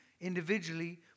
individually